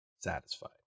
satisfied